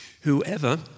Whoever